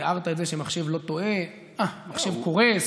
תיארת את זה שמחשב לא טועה, מחשב קורס,